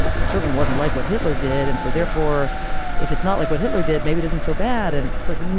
it certainly wasn't like what hitler did and so therefore if it's not like what hitler did maybe it isn't so bad and it's like